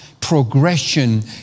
progression